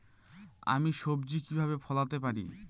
আমি সবজি কিভাবে ফলাতে পারি?